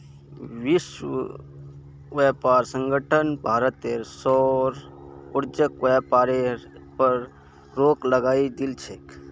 विश्व व्यापार संगठन भारतेर सौर ऊर्जाक व्यापारेर पर रोक लगई दिल छेक